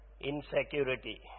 Insecurity